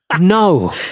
No